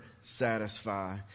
satisfy